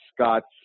Scott's